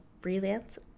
Freelance